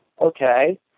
okay